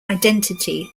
identity